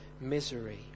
misery